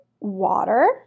water